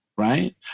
right